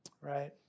right